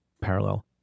parallel